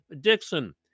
Dixon